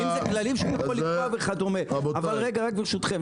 רגע, ברשותכם.